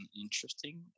interesting